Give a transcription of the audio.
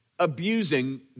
abusing